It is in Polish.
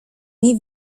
nie